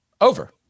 over